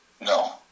No